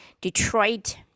Detroit